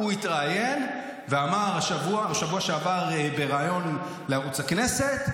התראיין ואמר בשבוע שעבר בראיון לערוץ הכנסת,